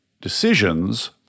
decisions